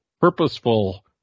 purposeful